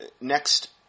Next